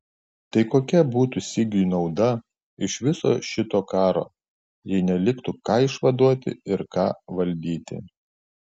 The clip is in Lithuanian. tai kokia būtų sigiui nauda iš viso šito karo jei neliktų ką išvaduoti ir ką valdyti